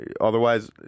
otherwise